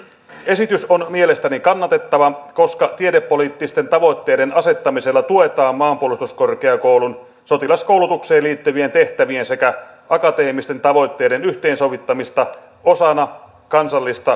esitys on mielestäni kannatettava koska tiedepoliittisten tavoitteiden asettamisella tuetaan maanpuolustuskorkeakoulun sotilaskoulutukseen liittyvien tehtävien sekä akateemisten tavoitteiden yhteensovittamista osana kansallista korkeakoulujärjestelmäämme